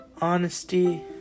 honesty